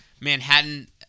Manhattan